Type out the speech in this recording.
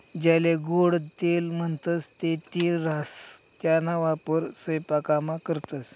ज्याले गोडं तेल म्हणतंस ते तीळ राहास त्याना वापर सयपाकामा करतंस